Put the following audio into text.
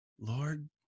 Lord